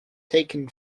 taken